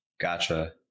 Gotcha